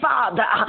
Father